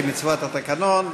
כמצוות התקנון,